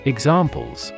Examples